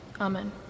Amen